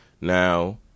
Now